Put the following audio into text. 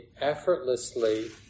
effortlessly